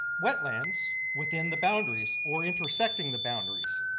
wetlands within the boundaries, or intersecting the boundaries.